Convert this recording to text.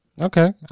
Okay